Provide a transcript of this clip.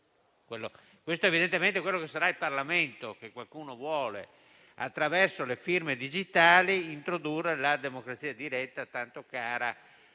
Questo è evidentemente quello che sarà il Parlamento che qualcuno vuole, introducendo attraverso le firme digitali la democrazia diretta, tanto cara